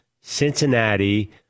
Cincinnati